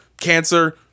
cancer